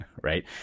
Right